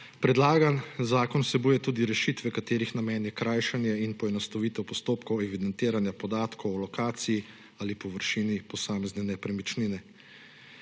Predlagan zakon vsebuje tudi rešitve, katerih namen je krajšanje in poenostavitev postopkov evidentiranja podatkov o lokaciji ali površini posamezne nepremičnine.